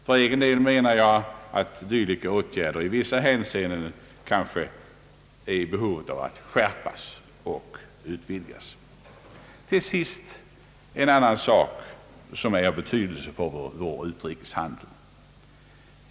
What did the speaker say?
För egen del menar jag dock att de vidtagna åtgärderna i vissa hänseenden är i behov av att skärpas och utvidgas. Till sist en annan sak som är av betydelse för vår utrikeshandel.